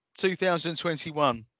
2021